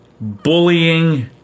Bullying